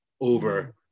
over